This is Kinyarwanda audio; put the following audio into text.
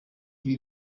ibi